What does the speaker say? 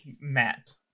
Matt